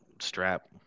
strap